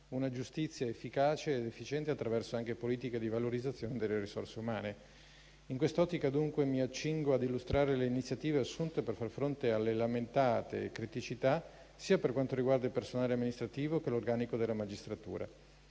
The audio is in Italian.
una giustizia efficace ed efficiente attraverso anche politiche di valorizzazione delle risorse umane. In quest'ottica, dunque, mi accingo ad illustrare le iniziative assunte per far fronte alle lamentate criticità, sia per quanto riguarda il personale amministrativo che l'organico della magistratura.